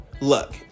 look